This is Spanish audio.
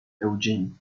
eugene